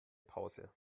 pause